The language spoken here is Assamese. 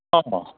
অ'